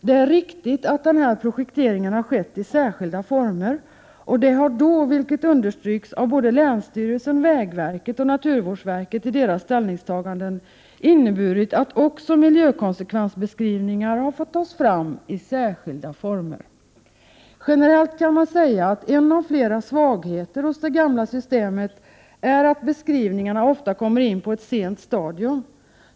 Det är riktigt att den här projekteringen har skett i särskilda former, och det har då — vilket understryks av både länsstyrelsen, vägverket och naturvårdsverket i deras ställningstaganden — inneburit att också miljökonsekvensbeskrivningar har fått tas fram i särskilda former. Generellt kan man säga att en av flera svagheter hos det gamla systemet är att beskrivningarna ofta kommer in på ett sent stadium.